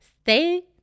stay